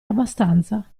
abbastanza